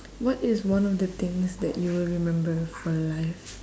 what is one of the things that you will remember for life